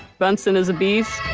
bunsen is a beast,